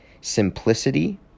Simplicity